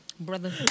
brother